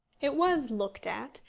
it was looked at,